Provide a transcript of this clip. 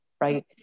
right